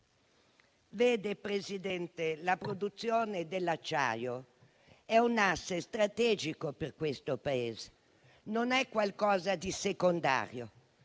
signor Presidente, la produzione dell'acciaio è un *asset* strategico per questo Paese; non è qualcosa di secondario,